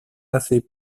assez